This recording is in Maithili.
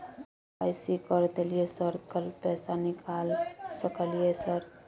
के.वाई.सी कर दलियै सर कल पैसा निकाल सकलियै सर?